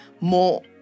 more